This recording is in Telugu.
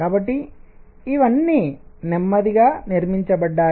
కాబట్టి ఇవన్నీ నెమ్మదిగా నిర్మించబడ్డాయి